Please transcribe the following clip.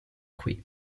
qui